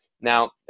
Now